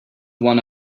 one